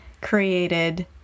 created